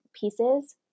pieces